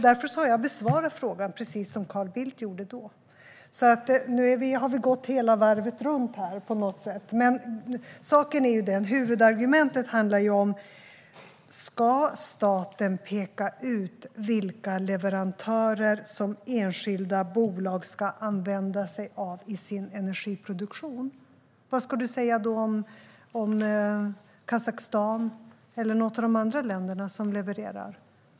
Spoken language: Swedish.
Därför har jag besvarat frågan precis som Carl Bildt gjorde då. Nu har vi på något sätt gått hela varvet runt. Huvudargumentet handlar om: Ska staten peka ut vilka leverantörer som enskilda bolag ska använda sig av i sin energiproduktion? Vad ska du då säga om Kazakstan eller något av de andra länderna som levererar?